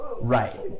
Right